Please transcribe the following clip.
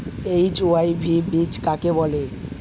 HYV বীজ কাকে বলে?